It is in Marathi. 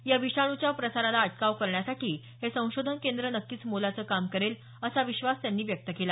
या विषाणूच्या प्रसाराला अटकाव करण्यासाठी हे संशोधन केंद्र नक्कीच मोलाचं काम करेल असा विश्वास त्यांनी व्यक्त केला